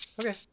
Okay